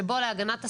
שבו להגנת הסביבה,